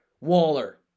Waller